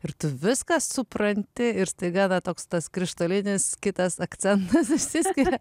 ir tu viską supranti ir staiga na toks tas krištolinis kitas akcentas išsiskiria